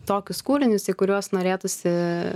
tokius kūrinius į kuriuos norėtųsi